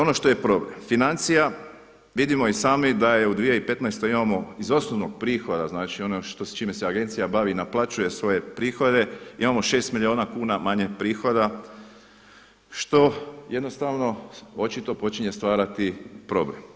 Ono što je problem, financija, vidimo i sami da je u 2015. imamo iz osnovnog prihoda znači ono s čime se agencija bavi i naplaćuje svoje prihode, imamo šest milijuna kuna manje prihoda što jednostavno očito počinje stvarati problem.